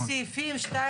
סעיף (ג)